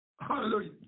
hallelujah